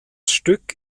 stück